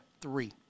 three